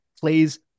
plays